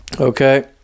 Okay